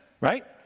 right